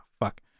fuck